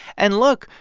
and look.